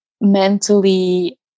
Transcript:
mentally